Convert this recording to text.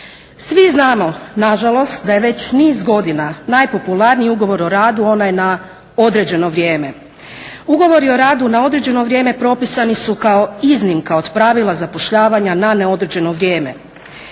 Svi znamo nažalost da je već niz godina najpopularniji ugovor o radu onaj na određeno vrijeme. Ugovori o radu na određeno vrijeme propisani su kao iznimka od pravila zapošljavanja na neodređeno vrijeme.